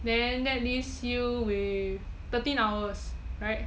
then that leaves you with thirteen hours right